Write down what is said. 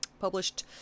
published